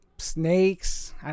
snakes